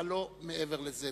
אבל לא מעבר לזה.